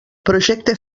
projecte